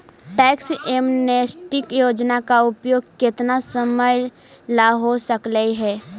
tax amnesty योजना का उपयोग केतना समयला हो सकलई हे